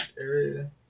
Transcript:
area